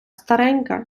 старенька